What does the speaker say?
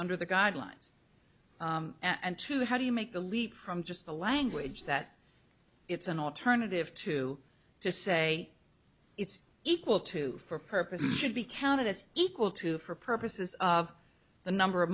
under the guidelines and to how do you make the leap from just the language that it's an alternative to to say it's equal to for purposes should be counted as equal to for purposes of the number of